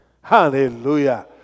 Hallelujah